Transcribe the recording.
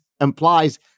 implies